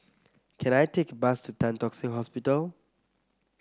can I take a bus Tan Tock Seng Hospital